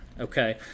Okay